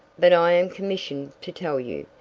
but i am commissioned to tell you,